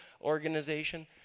organization